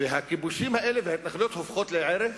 והכיבושים האלה, וההתנחלויות הופכות לערך